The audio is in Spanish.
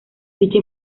dicha